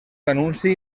anunci